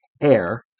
air